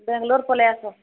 ବେଙ୍ଗଲୋର ପଲେଇ ଆସ